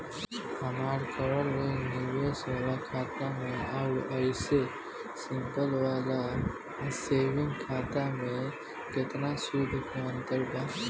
हमार करल गएल निवेश वाला खाता मे आउर ऐसे सिंपल वाला सेविंग खाता मे केतना सूद के अंतर बा?